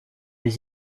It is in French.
les